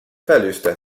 verluste